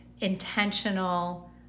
intentional